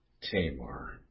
Tamar